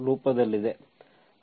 ರೂಪದಲ್ಲಿದೆ